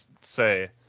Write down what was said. say